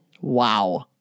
Wow